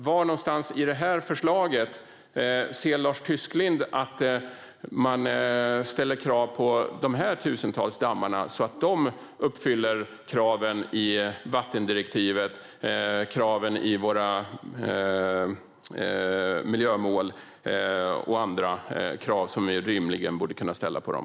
Var i detta förslag ser Lars Tysklind att man ställer krav på dessa tusentals dammar så att de uppfyller kraven i vattendirektivet, kraven i våra miljömål och andra krav som vi rimligen borde kunna ställa på dem?